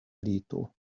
lito